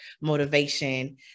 motivation